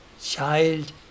child